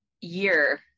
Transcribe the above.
year